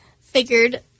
figured